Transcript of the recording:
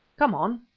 come on,